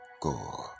go